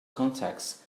contexts